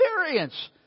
experience